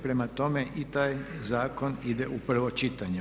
Prema tome i taj Zakon ide u prvo čitanje.